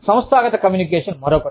సంస్థాగత కమ్యూనికేషన్ మరొకటి